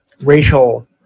racial